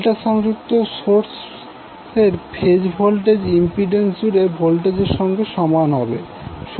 delta সংযুক্ত সোর্সের phase voltage impedance জুড়ে ভোল্টেজের সঙ্গে সমান হবে